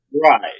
Right